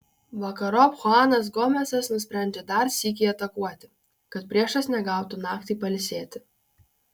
vakarop chuanas gomesas nusprendžia dar sykį atakuoti kad priešas negautų naktį pailsėti